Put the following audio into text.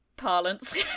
Parlance